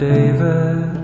David